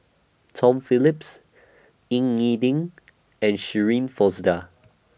Tom Phillips Ying E Ding and Shirin Fozdar